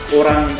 orang